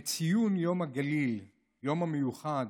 את ציון יום הגליל, היום המיוחד